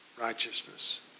righteousness